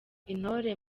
intore